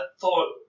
thought